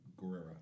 Guerrera